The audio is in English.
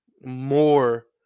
more